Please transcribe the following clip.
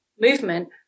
movement